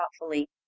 thoughtfully